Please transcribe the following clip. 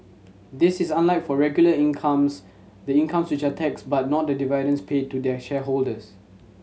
this is unlike for regular incomes the incomes which are taxed but not the dividends paid to their shareholders